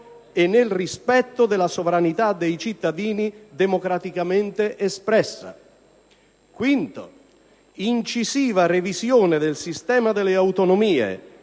e nel rispetto della sovranità dei cittadini democraticamente espressa; quinto, incisiva revisione del sistema delle autonomie